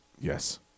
Yes